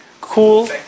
Cool